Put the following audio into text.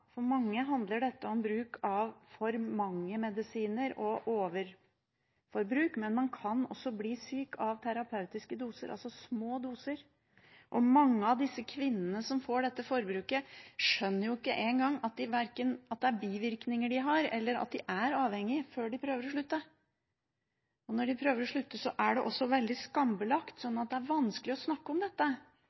overforbruk, men man kan også bli syk av terapeutiske doser, altså små doser. Mange av de kvinnene som får dette forbruket, skjønner ikke engang at det er bivirkninger de har, eller at de er avhengig, før de prøver å slutte. Og når de prøver å slutte, er det også veldig skambelagt, sånn at det er vanskelig å snakke om dette.